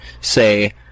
say